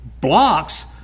blocks